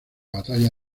batalla